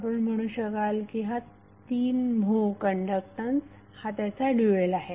आपण म्हणू शकाल की हा 3 म्हो कण्डक्टन्स हा त्याचा ड्यूएल आहे